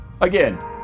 Again